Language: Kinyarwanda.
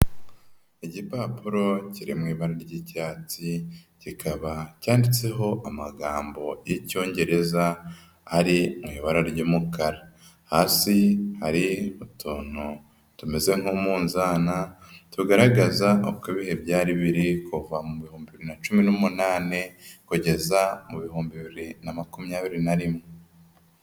Igipapuro kiri mu ibara ry'icyatsi, kikaba cyanditseho amagambo y'icyongereza ari mu ibara ry'umukara, hasi hari utuntu tumeze nk'umunzana tugaragaza uko ibihe byari biri kuva mu bihumbi bibiri na cumi n'umunani kugeza mu bihumbi bibiri na makumyabiri na rimwe.